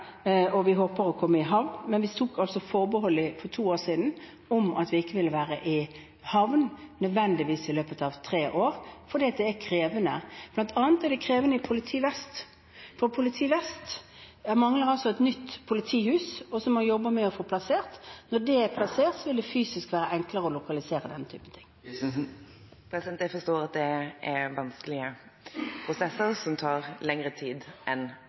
og vi håper å komme i havn, men vi tok et forbehold for to år siden om at vi ikke nødvendigvis ville være i havn i løpet av tre år, for det er krevende. Det er krevende bl.a. i Vest politidistrikt, for de mangler et nytt politihus, som man jobber med å få plassert. Når det er plassert, vil det fysisk være enklere å lokalisere dette. Jeg forstår at det er vanskelige prosesser som tar lengre tid enn